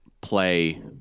play